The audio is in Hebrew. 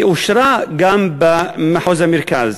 ואושרה גם במחוז המרכז.